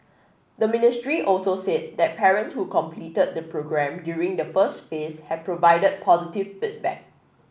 the ministry also said that parents who completed the programme during the first phase have provided positive feedback